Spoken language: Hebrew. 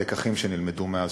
את הלקחים שנלמדו מאז,